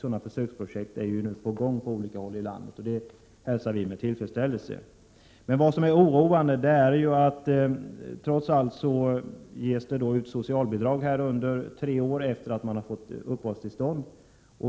Sådana försöksprojekt är nu på gång på olika håll i landet, och det hälsar vi med tillfredsställelse. Det finns en sak som är oroande i samband med det förhållandet att det ges ut socialbidrag under tre år efter det att flyktingen har fått uppehållstillstånd.